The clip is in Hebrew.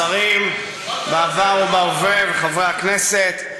השרים בעבר ובהווה וחברי הכנסת,